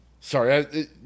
sorry